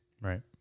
Right